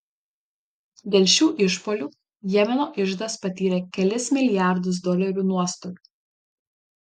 dėl šių išpuolių jemeno iždas patyrė kelis milijardus dolerių nuostolių